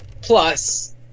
plus